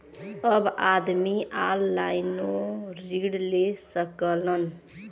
अब आदमी ऑनलाइनों ऋण ले सकलन